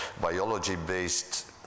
biology-based